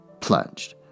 plunged